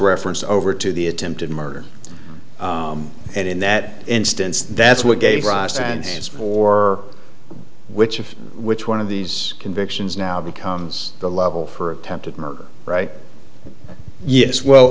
reference over to the attempted murder and in that instance that's what gave rise to and as for which of which one of these convictions now becomes the level for attempted murder right yes well